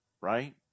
Right